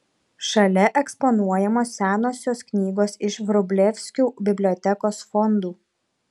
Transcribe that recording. šalia eksponuojamos senosios knygos iš vrublevskių bibliotekos fondų